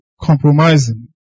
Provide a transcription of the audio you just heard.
compromising